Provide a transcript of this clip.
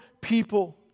people